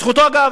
זכותו, אגב.